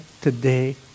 today